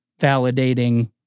validating